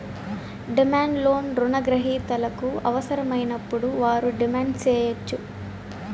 demand loan రుణ గ్రహీతలకు అవసరమైనప్పుడు వారు డిమాండ్ సేయచ్చు